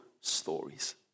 stories